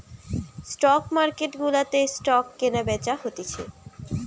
stock market গুলাতে stock কেনা বেচা হতিছে